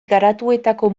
garatuetako